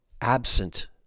absent